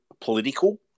political